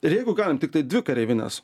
ir jeigu galim tiktai dvi kareivines